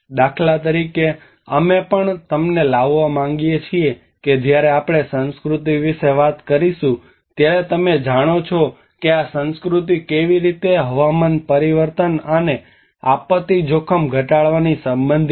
દાખલા તરીકે અમે પણ તમને લાવવા માંગીએ છીએ કે જ્યારે આપણે સંસ્કૃતિ વિશે વાત કરીશું ત્યારે તમે જાણો છો કે આ સંસ્કૃતિ કેવી રીતે હવામાન પરિવર્તન અને આપત્તિ જોખમ ઘટાડવાથી સંબંધિત છે